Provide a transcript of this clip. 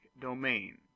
domain